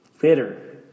bitter